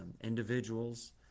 individuals